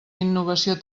innovació